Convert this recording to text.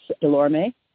Delorme